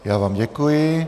Já vám děkuji.